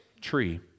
tree